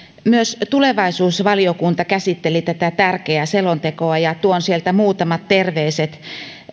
myös tulevaisuusvaliokunta käsitteli tätä tärkeää selontekoa ja tuon sieltä muutamat terveiset